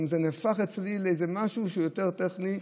זה נהפך אצלי למשהו שהוא יותר טכני.